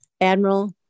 Admiral